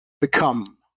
become